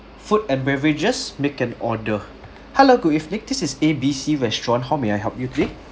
food and beverages make an order hello good evening this is A B C restaurant how may I help you today